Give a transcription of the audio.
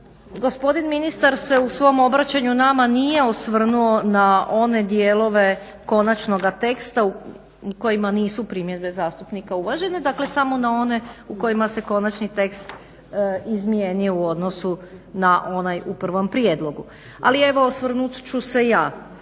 Gospodin ministar se u svom obraćanju nama nije osvrnuo na one dijelove konačnoga teksta u kojemu nisu primjedbe zastupnika uvažene, dakle samo na one u kojima se konačni tekst izmijenio u odnosu na onaj u prvom prijedlogu. Ali evo osvrnut ću se ja,